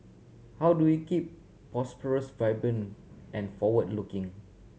how do we keep prosperous vibrant and forward looking